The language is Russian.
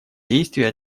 действий